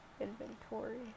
inventory